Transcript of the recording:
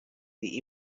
the